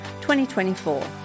2024